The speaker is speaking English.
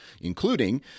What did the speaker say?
including